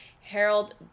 Harold